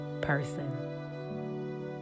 person